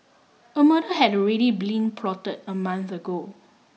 a murder had already been plotted a month ago